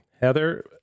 Heather